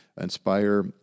inspire